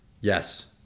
Yes